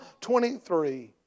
23